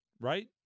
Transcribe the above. right